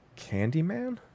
Candyman